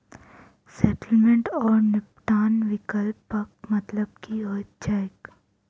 Settlement आओर निपटान विकल्पक मतलब की होइत छैक?